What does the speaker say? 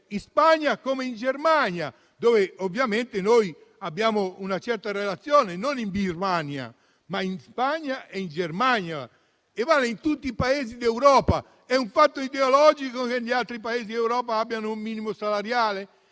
in Spagna come in Germania, Paesi con cui abbiamo una certa relazione; non in Birmania, ma in Spagna e in Germania. Vale in tutti i Paesi d'Europa: è un fatto ideologico che negli altri Paesi d'Europa abbiano un minimo salariale?